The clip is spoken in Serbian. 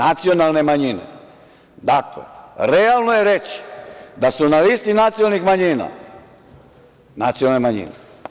Dakle, realno je reći da su na listi nacionalnih manjina nacionalne manjine.